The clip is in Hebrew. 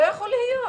לא יכול להיות.